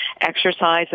exercise